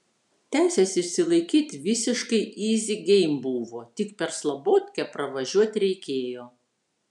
teises išsilaikyt visiškai yzi geim buvo tik per slabotkę pravažiuot reikėjo